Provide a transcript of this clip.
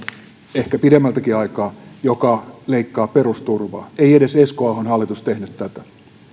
ehkä pidemmältäkin ajalta ensimmäinen hallitus joka leikkaa perusturvaa ei edes esko ahon hallitus tehnyt tätä